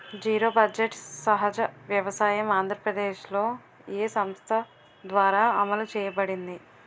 Zero budget సహజ వ్యవసాయం ఆంధ్రప్రదేశ్లో, ఏ సంస్థ ద్వారా అమలు చేయబడింది?